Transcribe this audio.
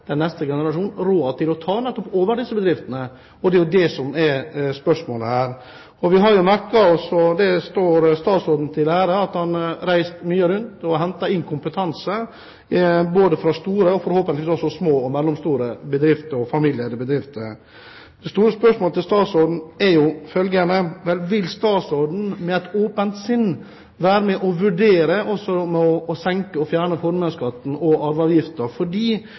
er det som er spørsmålet her. Det tjener statsråden til ære at han har reist mye rundt og hentet inn kompetanse både fra store og forhåpentligvis også små og mellomstore bedrifter og familieeide bedrifter. Det store spørsmålet til statsråden er følgende: Vil statsråden med et åpent sinn nå være med og vurdere å fjerne og senke formuesskatten og arveavgiften, for ute i distriktene er det jo nettopp det lokale eierskapet og